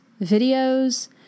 videos